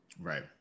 Right